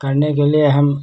करने के लिए हम